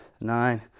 nine